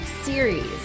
series